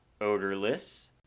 odorless